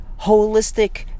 holistic